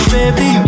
Baby